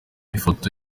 ifoto